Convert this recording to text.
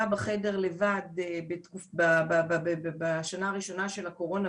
בחדר לבד בשנה הראשונה של הקורונה,